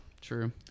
True